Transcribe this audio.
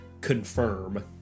confirm